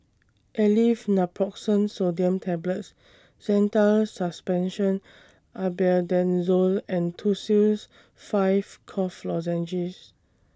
Aleve Naproxen Sodium Tablets Zental Suspension Albendazole and Tussils five Cough Lozenges